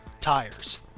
tires